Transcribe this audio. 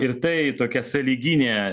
ir tai tokia sąlyginė